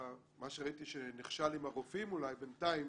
מה שראיתי שנכשל עם הרופאים אולי בינתיים